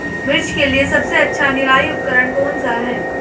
मिर्च के लिए सबसे अच्छा निराई उपकरण कौनसा है?